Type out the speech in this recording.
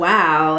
Wow